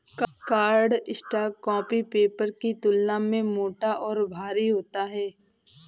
cardstock copy paper की तुलना में मोटा और भारी होता है